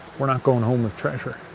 we're not going home with treasure.